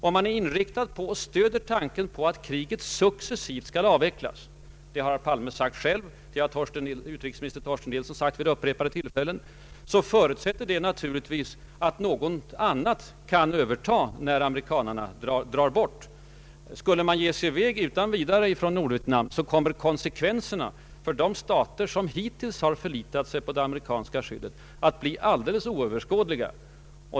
Om man är inriktad på och stöder tanken på att kriget i Vietnam skall avvecklas successivt — det har herr Palme själv sagt sig göra liksom utrikesminister Torsten Nilsson vid upprepade tillfällen — förutsätter det naturligtvis att ett vakuum inte uppstår när amerikanerna drar bort. Skulle amerikanerna utan vidare ge sig i väg från Nordvietnam «skulle konsekvenserna för dem som hittills har förlitat sig på det amerikanska skyddet bli alldeles oöverskådliga.